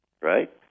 right